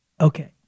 okay